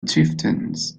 chieftains